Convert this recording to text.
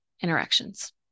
interactions